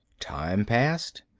time passed.